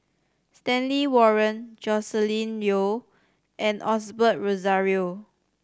Stanley Warren Joscelin Yeo and Osbert Rozario